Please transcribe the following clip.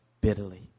bitterly